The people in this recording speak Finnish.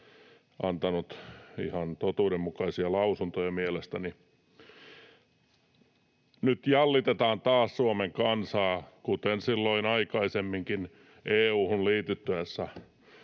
antanut ihan totuudenmukaisia lausuntoja mielestäni. Nyt jallitetaan taas Suomen kansaa, kuten silloin aikaisemminkin, EU:hun liityttäessä.